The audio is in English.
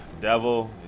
devil